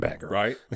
Right